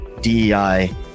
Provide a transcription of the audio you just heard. DEI